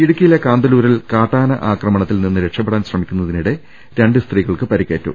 ഇടുക്കിയിലെ കാന്തല്ലൂരിൽ കാട്ടാന ആക്രമണത്തിൽ നിന്ന് രക്ഷപ്പെടാൻ ശ്രമിക്കുന്നതിനിടെ രണ്ട് സ്ത്രീകൾക്ക് പരിക്കേറ്റു